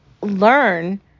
learn